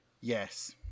yes